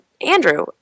Andrew